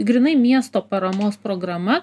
grynai miesto paramos programa